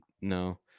no